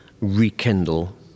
rekindle